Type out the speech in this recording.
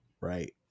right